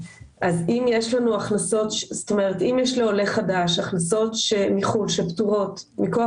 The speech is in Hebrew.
אם יש לעולה חדש הכנסות מחוץ לארץ שפטורות מכוח